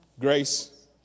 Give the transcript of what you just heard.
Grace